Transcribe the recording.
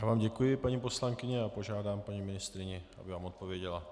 Já vám děkuji, paní poslankyně, a požádám paní ministryni, aby vám odpověděla.